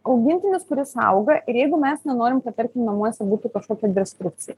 augintinis kuris auga ir jeigu mes nenorim kad tarkim namuose būtų kažkokia destrukcija